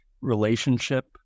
relationship